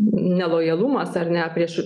nelojalumas ar ne prieš